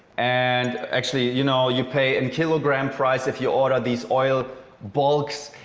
and actually, you know, you pay in kilogram price if you order these oil bulks.